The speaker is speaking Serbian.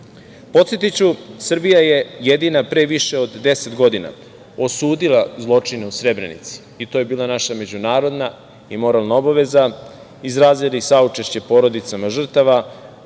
optuživati. Podsetiću, Srbija je jedina pre više od deset godina osudila zločine u Srebrenici i to je bila naša međunarodna i moralna obaveza, izrazili saučešće porodicama žrtava,